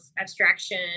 abstraction